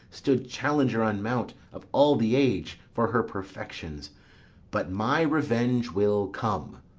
stood challenger on mount of all the age for her perfections but my revenge will come.